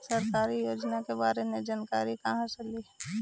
सरकारी योजना के बारे मे जानकारी कहा से ली?